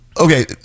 okay